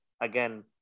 again